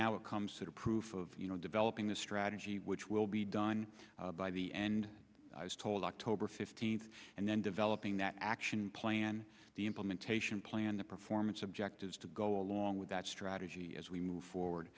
now comes the proof of developing the strategy which will be done by the end i was told october fifteenth and then developing that action plan the implementation plan the performance objectives to go along with that strategy as we move forward